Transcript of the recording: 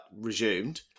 resumed